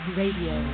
radio